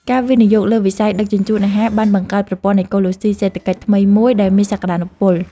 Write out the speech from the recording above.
ការវិនិយោគលើវិស័យដឹកជញ្ជូនអាហារបានបង្កើតប្រព័ន្ធអេកូឡូស៊ីសេដ្ឋកិច្ចថ្មីមួយដែលមានសក្តានុពល។